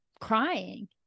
crying